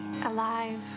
alive